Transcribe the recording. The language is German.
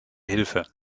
hilfe